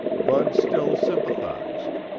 bud still sympathized.